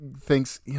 thinks